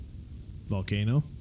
volcano